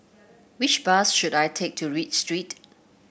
which bus should I take to reach Street